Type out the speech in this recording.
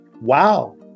wow